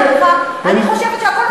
כשאני שומעת אותך, אני חושבת שהכול ורוד.